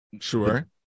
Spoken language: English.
sure